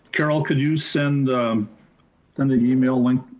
carol, could you send them the email link